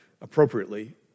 appropriately